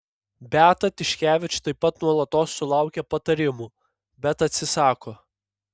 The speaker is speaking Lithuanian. beata tiškevič taip pat nuolatos sulaukia patarimų bet atsisako